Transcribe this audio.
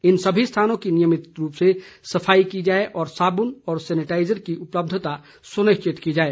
इन सभी स्थानों की नियमित रूप से सफाई की जाए और साबुन और सेनिटाइजर की उपलब्धता सुनिश्चित की जाए